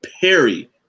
Perry